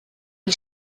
die